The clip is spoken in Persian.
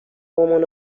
مامان